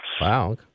Wow